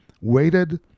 waited